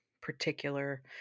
particular